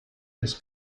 des